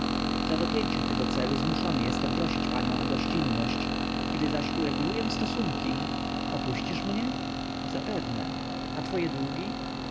dla dopięcia tego celu zmuszony jestem prosić panią o gościnność gdy zaś ureguluję stosunki opuścisz mnie zapewne a twoje długi